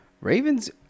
Ravens